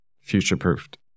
future-proofed